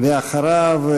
ואחריו,